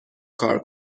کار